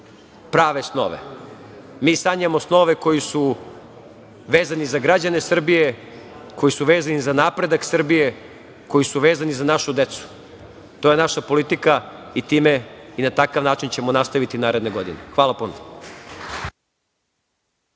prave snove. Mi sanjamo snove koji su vezani za građane Srbije, koji su vezani za napredak Srbije, koji su vezani za našu decu. To je naša politika i time i na takav način ćemo nastaviti i naredne godine. Hvala puno.